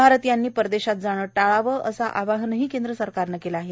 भारतीयांनी परदेशात जाणे टाळावे असे अवाहनही केंद्र सरकारने केले आहे